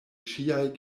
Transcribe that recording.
ŝiaj